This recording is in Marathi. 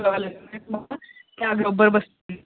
त्या बरोबर बसतील